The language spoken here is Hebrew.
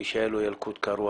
מי שהיה לו ילקוט קרוע,